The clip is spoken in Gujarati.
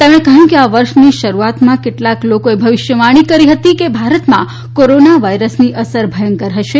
તેમણે કહયુંકે આ વર્ષની શરૂઆતમાં કેટલાક લોકો ભવિષ્યવાણી કરી રહ્યાં હતા કે ભારતમાં કોરોના વાયરસની અસર ભયંકર હશે